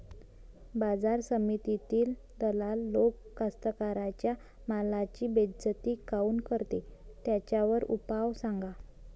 बाजार समितीत दलाल लोक कास्ताकाराच्या मालाची बेइज्जती काऊन करते? त्याच्यावर उपाव सांगा